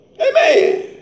Amen